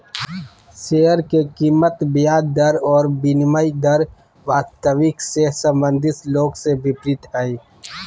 share के कीमत ब्याज दर और विनिमय दर वास्तविक से संबंधित लोग के विपरीत हइ